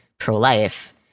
pro-life